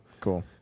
Cool